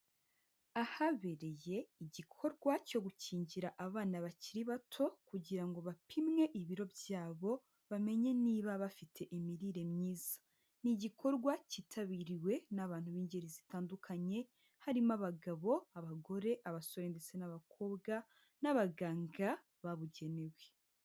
Ahabereye igikorwa cyo gukingira abana bakiri bato kugira ngo bapimwe ibiro byabo, bamenye niba bafite imirire myiza. Ni igikorwa cyitabiriwe n'abantu b'ingeri zitandukanye, harimo abagabo, abagore, abasore ndetse n'abakobwa n'abaganga babugenewe.